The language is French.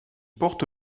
porte